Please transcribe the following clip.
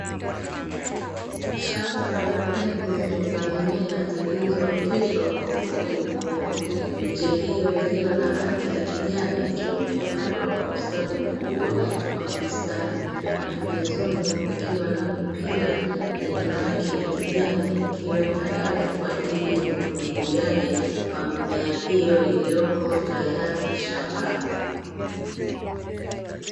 Shamba la mbegu za mimea zilizooteshwa kwa ufundi mkubwa. Miche hiyo iliyo na rangi ya kijani ikiwa imepandwa kwa ustadi mkubwa kwa mistari na pembezoni kukiwa na mipira yenye rangi ya kijani; ikiwa tayari kwa ajili ya umwagiliaji wa mimea hiyo iliyoko tayari shambani.